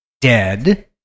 dead